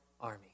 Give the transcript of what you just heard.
army